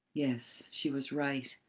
yes, she was right.